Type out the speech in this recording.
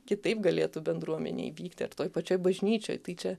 kitaip galėtų bendruomenėj vykti ar toj pačioj bažnyčioj tai čia